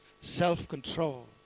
self-control